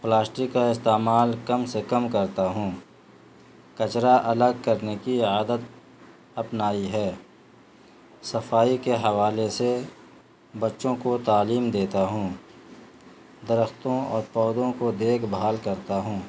plastic کا استعمال کم سے کم کرتا ہوں کچرا الگ کرنے کی عادت اپنائی ہے صفائی کے حوالے سے بچوں کو تعلیم دیتا ہوں درختوں اور پودوں کو دیکھ بھال کرتا ہوں